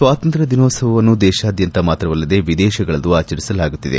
ಸ್ವಾತಂತ್ರ್ವ ದಿನೋತ್ಸವವನ್ನು ದೇತಾದ್ದಂತ ಮಾತ್ರವಲ್ಲದೆ ವಿದೇತಗಳಲ್ಲೂ ಆಚರಿಸಲಾಗುತ್ತದೆ